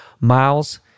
Miles